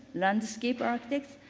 landscape architects,